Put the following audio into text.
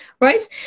right